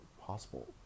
possible